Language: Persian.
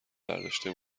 برداشته